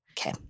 Okay